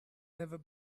never